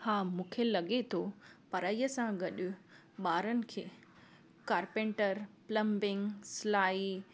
हा मूंखे लॻे थो पढ़ाईअ सां गॾु ॿारनि खे कार्पैंटर प्लमबिंग सिलाई